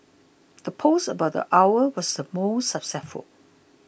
the post about the owl was the most successful